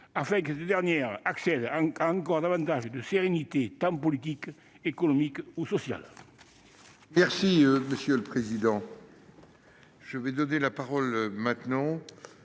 afin que cette dernière accède à davantage de sérénité tant politique, qu'économique et sociale.